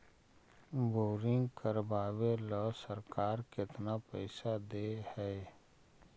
Boring करबाबे ल सरकार केतना पैसा दे है?